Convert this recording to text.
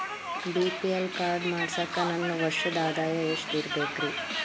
BPL card ಮಾಡ್ಸಾಕ ನನ್ನ ವರ್ಷದ್ ಆದಾಯ ಎಷ್ಟ ಇರಬೇಕ್ರಿ?